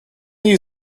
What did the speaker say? you